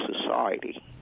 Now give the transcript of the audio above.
society